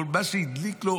אבל מה שהדליק לו